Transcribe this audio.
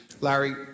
larry